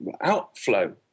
outflow